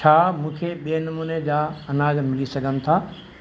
छा मूंखे ॿिए नमूने जा अनाज मिली सघनि था